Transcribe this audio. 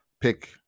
pick